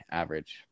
average